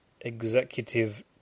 Executive